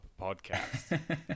podcast